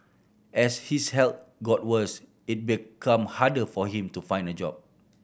as his health got worse it become harder for him to find a job